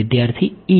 વિદ્યાર્થી E